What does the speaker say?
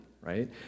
right